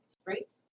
streets